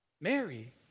Mary